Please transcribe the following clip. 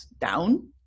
down